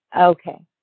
Okay